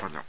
പറഞ്ഞു